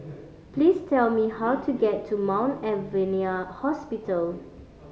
please tell me how to get to Mount Alvernia Hospital